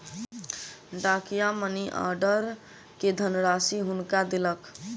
डाकिया money order के धनराशि हुनका देलक